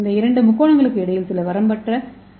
இந்த இரண்டு முக்கோணங்களுக்கிடையில் சில வரம்பற்ற டி